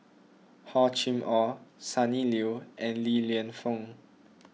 Hor Chim or Sonny Liew and Li Lienfung